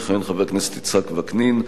יכהן חבר הכנסת יצחק וקנין.